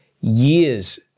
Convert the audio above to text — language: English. years